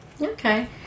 Okay